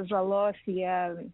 žalos jie